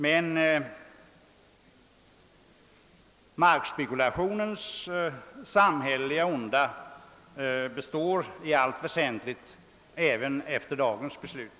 Men markspekulationens samhälleliga onda består i allt väsentligt även efter dagens beslut.